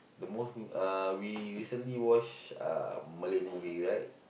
the most uh we recently watched uh Malay movie right